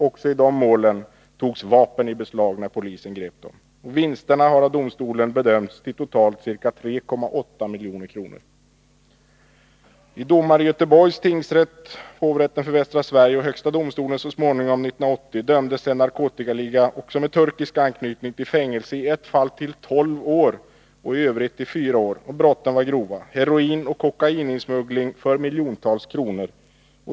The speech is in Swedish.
Också i dessa mål togs vapen i beslag. Vinsterna har av domstolen bedömts till totalt ca 3,8 milj.kr. I domar i Göteborgs tingsrätt, hovrätten för Västra Sverige och högsta domstolen 1980 dömdes en narkotikaliga, också med turkisk anknytning, till fängelse i tolv år för en av medlemmarna och i fyra år för de övriga. Brotten var grova och gällde heroinoch kokaininsmuggling för miljontals kronor.